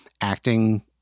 Acting